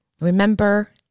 remember